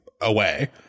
away